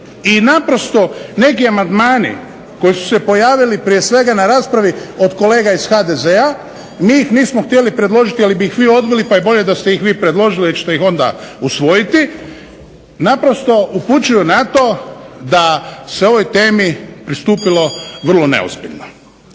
I naprosto neki amandmani koji su se pojavili prije svega na raspravi od kolega iz HDZ-a mi ih nismo htjeli predložiti ali bi ih vi odbili pa je bolje da ste ih vi predložili jer ćete ih onda usvojiti, naprosto upućuju na to da se o ovoj temi pristupilo vrlo neozbiljno.